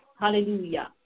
hallelujah